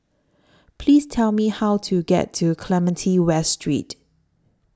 Please Tell Me How to get to Clementi West Street